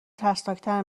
ترسناکتر